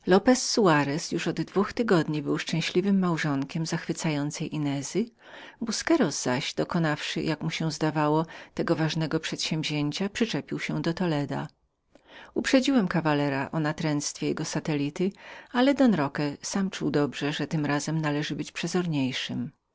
lopez soarez już od piętnastu dni był szczęśliwym małżonkiem zachwycającej inezy busqueros zaś dokonawszy jak mu się zdawało tego ważnego przedsiewzięcia przypiął się do toleda uprzedziłem kawalera o natręctwie jego satellity ale don roque sam czuł dobrze że tym razem należało być przezorniejszym